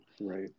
right